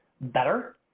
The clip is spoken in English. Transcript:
better